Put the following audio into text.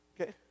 Okay